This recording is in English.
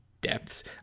depths